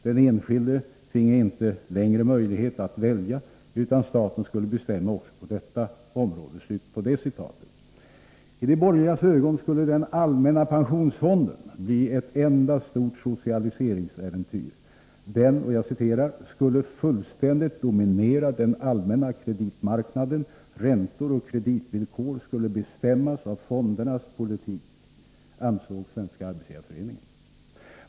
Den enskilde finge inte längre möjlighet att välja, utan staten skulle bestämma också på detta område.” I de borgerligas ögon skulle den allmänna pensionsfonden bli ett enda stort socialiseringsäventyr. Den ”skulle fullständigt dominera den allmänna kreditmarknaden. Räntor och kreditvillkor skulle bestämmas av fondernas politik”, ansåg Svenska arbetsgivareföreningen.